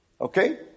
Okay